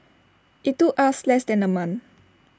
IT took us less than A month